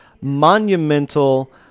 monumental